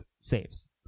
saves